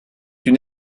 une